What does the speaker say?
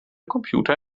computer